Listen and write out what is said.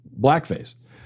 blackface